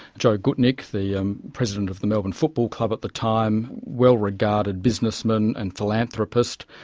joe gutnik, the um president of the melbourne football club at the time, well regarded businessman and philanthropist,